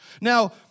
Now